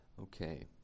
Okay